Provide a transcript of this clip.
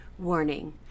warning